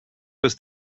was